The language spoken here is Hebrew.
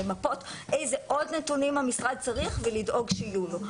למפות איזה עוד נתונים המשרד צריך ולדאוג שיהיו לו.